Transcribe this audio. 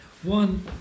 One